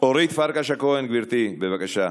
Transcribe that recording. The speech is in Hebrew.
אורית פרקש-הכהן, גברתי, בבקשה,